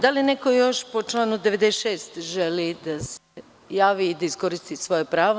Da li neko još po članu 96. želi da se javi i da iskoristi svoje pravo.